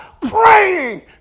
praying